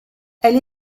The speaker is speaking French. elle